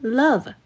love